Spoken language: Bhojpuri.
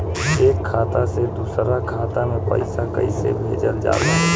एक खाता से दूसरा खाता में पैसा कइसे भेजल जाला?